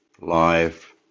life